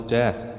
death